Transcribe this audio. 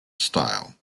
style